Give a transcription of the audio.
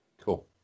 Cool